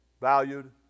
valued